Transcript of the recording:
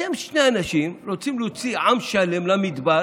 אתם שני אנשים, רוצים להוציא עם שלם למדבר